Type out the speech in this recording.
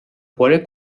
poole